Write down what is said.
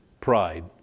pride